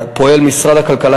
פועל משרד הכלכלה,